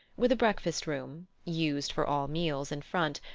with a breakfast room, used for all meals, in front,